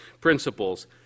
principles